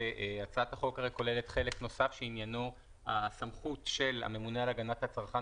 הצעת החוק הרי כוללת חלק נוסף שעניינו הסמכות של הממונה על הגנת הצרכן